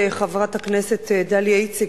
חברת הכנסת דליה איציק,